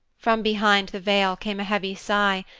from behind the veil came a heavy sigh,